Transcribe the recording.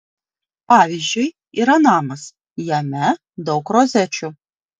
pavyzdžiui yra namas jame daug rozečių